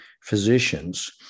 physicians